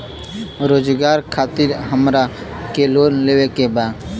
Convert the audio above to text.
रोजगार खातीर हमरा के लोन लेवे के बा?